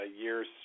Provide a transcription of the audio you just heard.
year's